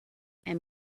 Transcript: and